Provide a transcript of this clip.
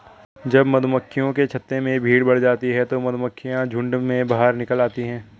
जब मधुमक्खियों के छत्ते में भीड़ बढ़ जाती है तो मधुमक्खियां झुंड में बाहर निकल आती हैं